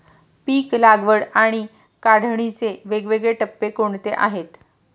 पीक लागवड आणि काढणीचे वेगवेगळे टप्पे कोणते आहेत?